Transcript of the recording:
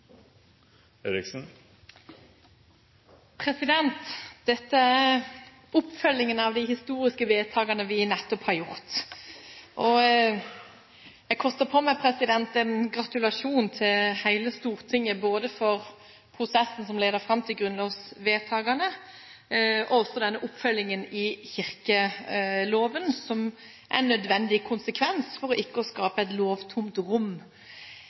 oppfølgingen av de historiske vedtakene vi nettopp har gjort. Jeg koster på meg en gratulasjon til hele Stortinget både for prosessen som ledet fram til grunnlovsvedtakene, og også for denne oppfølgingen i kirkeloven, som er en nødvendig konsekvens for ikke å skape et lovtomt rom.